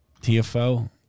TFO